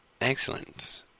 excellent